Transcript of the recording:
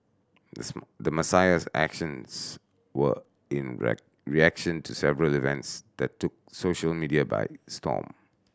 the Messiah's actions were in reaction to several events that took social media by storm